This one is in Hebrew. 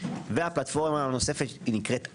והפלטפורמה הנוספת נקראת עמי,